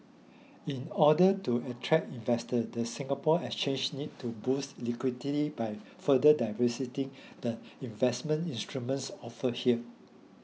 in order to attract investor the Singapore Exchange needs to boost liquidity by further diversifying the investment instruments offered here